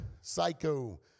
psycho